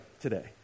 today